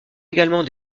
également